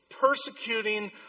persecuting